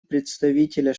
представителя